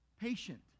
patient